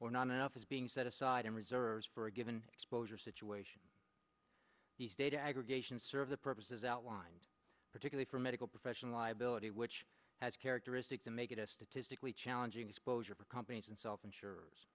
or not enough is being set aside and reserves for a given exposure situation these data aggregation serve the purposes outlined particularly for medical professional liability which has characteristic to make it a statistically challenging exposure for companies and self insure